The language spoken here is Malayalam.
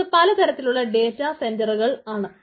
അത് പല തരത്തിലുള്ള ഡേറ്റ സെന്റർ ആണ്